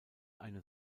eine